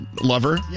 lover